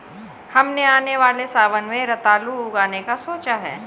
हमने आने वाले सावन में रतालू उगाने का सोचा है